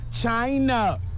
China